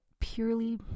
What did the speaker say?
purely